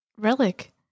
relic